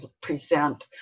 present